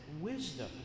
wisdom